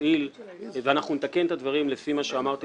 הואיל ואנחנו נתקן את הדברים לפי מה שאמרתי